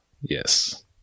Yes